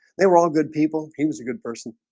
they were all good people. he was a good person.